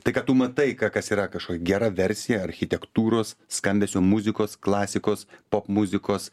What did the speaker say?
tai ką tu matai ka kas yra kažkokia gera versija architektūros skambesio muzikos klasikos popmuzikos